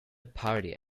party